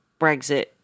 Brexit